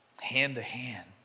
hand-to-hand